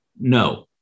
No